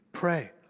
pray